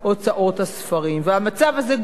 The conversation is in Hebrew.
המצב הזה גורם לפגיעה קשה